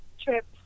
trip